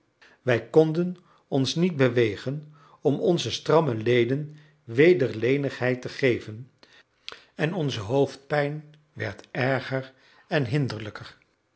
wij konden ons niet bewegen om onzen strammen leden weder lenigheid te geven en onze hoofdpijn werd erger en hinderlijker